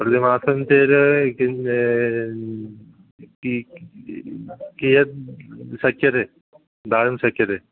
प्रतिमासं चेत् किञ्च की कियत् शक्यते दातुं शक्यते